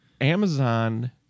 Amazon